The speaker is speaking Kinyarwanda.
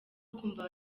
ukumva